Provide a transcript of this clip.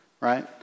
right